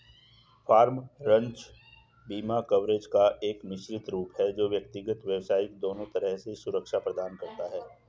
farm, ranch बीमा coverage का एक मिश्रित रूप है जो व्यक्तिगत, व्यावसायिक दोनों तरह से सुरक्षा प्रदान करता है